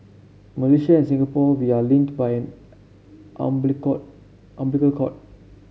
Malaysia and Singapore we are linked by an cord umbilical cord